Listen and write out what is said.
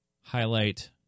Highlight